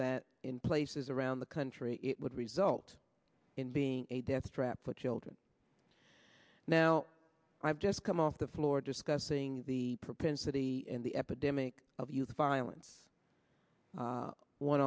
that in places around the country it would result in being a death trap for children now i've just come off the floor discussing the propensity in the epidemic of youth violence